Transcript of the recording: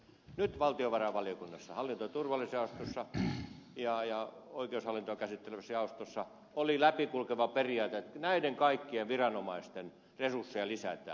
nyt valtiovarainvaliokunnassa hallinto ja turvallisuusjaostossa ja oikeushallintoa käsittelevässä jaostossa oli läpikulkeva periaate että näiden kaikkien viranomaisten resursseja lisätään